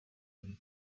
داره